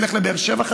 נלך לבאר שבע,